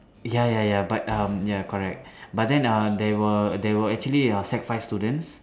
ya ya ya but um ya correct but then um there were there were actually uh sec five students